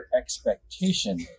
expectation